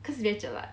cause very jelat